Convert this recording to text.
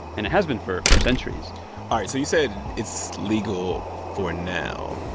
and it has been for for centuries all right. so you said it's legal for now,